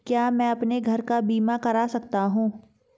क्या मैं अपने घर का बीमा करा सकता हूँ?